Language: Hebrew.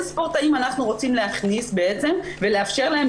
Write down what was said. ספורטאים אנחנו רוצים להכניס ולאפשר להם,